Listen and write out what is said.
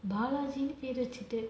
balaji னு பெரு வெச்சிட்டு:nu peru vechitu